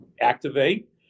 activate